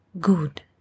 good